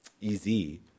easy